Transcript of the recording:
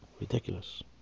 Ridiculous